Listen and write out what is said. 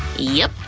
yep,